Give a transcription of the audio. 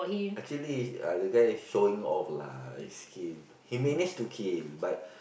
actually uh the guy showing off lah his skill he manage to kill but